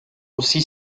aussi